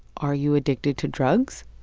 are you addicted to drugs?